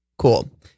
Cool